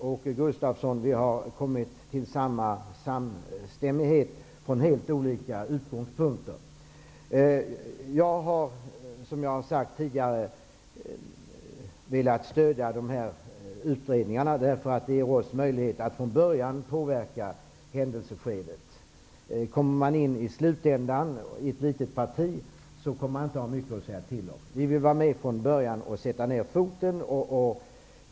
Åke Gustavsson och jag har nått samstämmighet med helt olika utgångspunkter. Jag har, som jag har sagt tidigare, velat stödja dessa utredningar. Det skulle ge oss möjlighet att från början påverka händelseförloppet. Om man är representant för ett litet parti och kommer med i slutändan, kommer man inte att ha mycket att säga till om. Vi vill vara med från början och sätta ned foten.